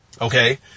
Okay